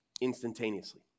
instantaneously